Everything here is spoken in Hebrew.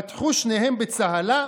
פתחו שניהם בצהלה,